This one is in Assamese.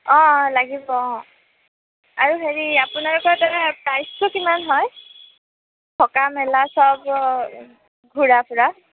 অঁ লাগিব অঁ আৰু হেৰি আপোনালোকৰ তাত প্ৰাইচটো কিমান হয় থকা মেলা সব ঘূৰা ফুৰা